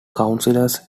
councillors